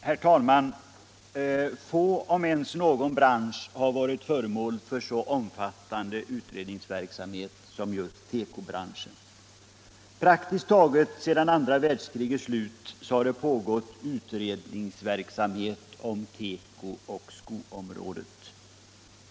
Herr talman! Få branscher, om ens någon, har varit föremål för så omfattande utredningsverksamhet som just tekobranschen. Praktiskt taget sedan andra världskrigets slut har det pågått utredningsverksamhet om teko och skoområdet.